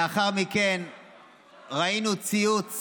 לאחר מכן ראינו ציוץ